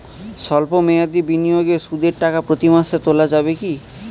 সল্প মেয়াদি বিনিয়োগে সুদের টাকা প্রতি মাসে তোলা যাবে কি?